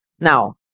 Now